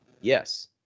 yes